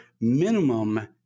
minimum